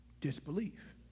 disbelief